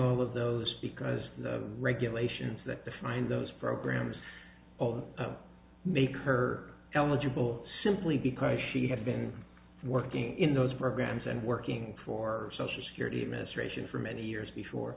all of those because the regulations that the find those programs make her eligible simply because she had been working in those programs and working for social security administration for many years before